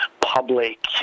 public